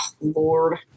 lord